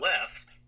left –